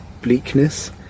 bleakness